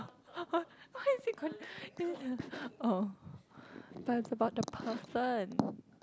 why oh but is about the person